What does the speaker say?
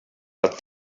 but